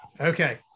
okay